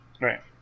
Right